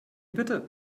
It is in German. bitte